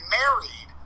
married